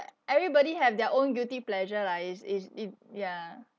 everybody have their own guilty pleasure lah is is it ya